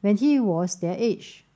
when he was their age